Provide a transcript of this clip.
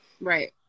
Right